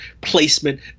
placement